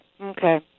okay